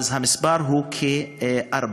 אז המספר הוא כ-40.